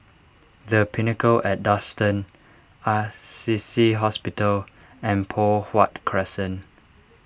the Pinnacle at Duxton Assisi Hospital and Poh Huat Crescent